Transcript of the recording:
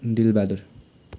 Dilbahadur